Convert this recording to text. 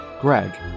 Greg